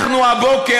הבוקר,